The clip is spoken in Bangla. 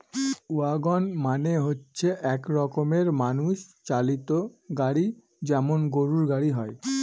ওয়াগন মানে হচ্ছে এক রকমের মানুষ চালিত গাড়ি যেমন গরুর গাড়ি হয়